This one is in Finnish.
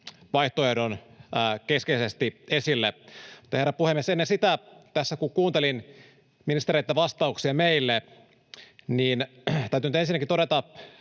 vaihtoehdon keskeisesti esille. Mutta, herra puhemies, ennen sitä täytyy, kun tässä kuuntelin ministereitten vastauksia meille, nyt ensinnäkin todeta